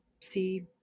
see